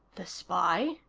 the spy?